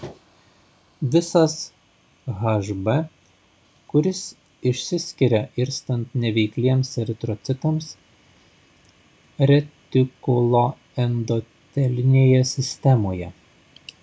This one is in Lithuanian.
visas hb kuris išsiskiria irstant neveikliems eritrocitams retikuloendotelinėje sistemoje